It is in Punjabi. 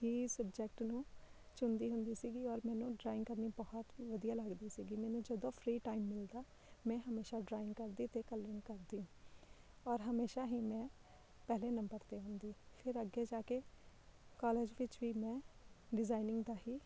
ਹੀ ਸਬਜੈਕਟ ਨੂੰ ਚੁਣਦੀ ਹੁੰਦੀ ਸੀਗੀ ਔਰ ਮੈਨੂੰ ਡਰਾਇੰਗ ਕਰਨੀ ਬਹੁਤ ਵਧੀਆ ਲੱਗਦੀ ਸੀਗੀ ਮੈਨੂੰ ਜਦੋਂ ਫਰੀ ਟਾਈਮ ਮਿਲਦਾ ਮੈਂ ਹਮੇਸ਼ਾ ਡਰਾਇੰਗ ਕਰਦੀ ਅਤੇ ਕਲਰਿੰਗ ਕਰਦੀ ਔਰ ਹਮੇਸ਼ਾ ਹੀ ਮੈਂ ਪਹਿਲੇ ਨੰਬਰ 'ਤੇ ਹੁੰਦੀ ਫੇਰ ਅੱਗੇ ਜਾ ਕੇ ਕਾਲਜ ਵਿੱਚ ਵੀ ਮੈਂ ਡਿਜ਼ਾਈਨਿੰਗ ਦਾ ਹੀ